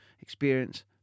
experience